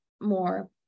more